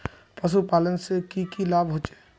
पशुपालन से की की लाभ होचे?